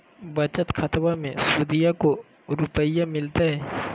बचत खाताबा मे सुदीया को रूपया मिलते?